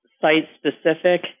site-specific